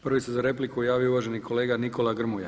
Prvi se za repliku javio uvaženi kolega Nikola Grmoja.